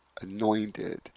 anointed